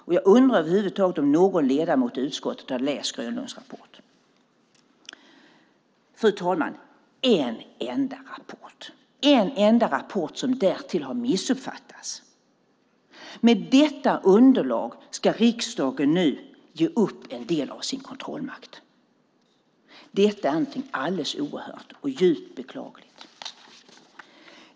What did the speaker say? Jag undrar om någon ledamot i utskottet över huvud taget har läst Grönlunds rapport. Fru talman! En enda rapport som därtill har missuppfattats - med detta underlag ska riksdagen nu ge upp en del av sin kontrollmakt. Detta är någonting alldeles oerhört och djupt beklagligt.